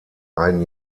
ein